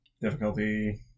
Difficulty